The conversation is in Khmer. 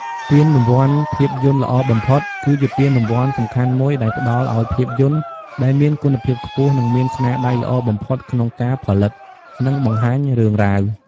ពានរង្វាន់ភាពយន្តល្អបំផុត គឺជាពានរង្វាន់សំខាន់មួយដែលផ្តល់ឲ្យភាពយន្តដែលមានគុណភាពខ្ពស់ និងមានស្នាដៃល្អបំផុតក្នុងការផលិត និងបង្ហាញរឿងរ៉ាវ។